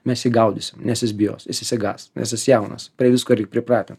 mes jį gaudysim nes jis bijos jis išsigąs nes jis jaunas prie visko reik pripratint